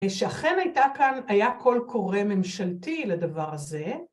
‫שאכן הייתה כאן, ‫היה קול קורא ממשלתי לדבר הזה.